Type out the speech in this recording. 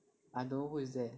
I don't know who is that